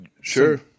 sure